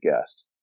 guest